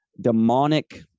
demonic